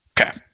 Okay